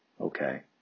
okay